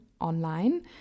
online